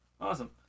Awesome